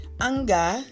anger